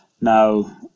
now